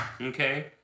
Okay